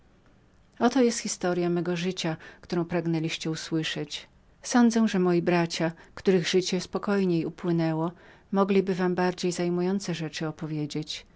oto jest historya mego życia którą pragnęliście słyszeć sądzę że moi bracia których życie spokojniej upłynęło mogli by wam bardziej zajmujące rzeczy opowiedzieć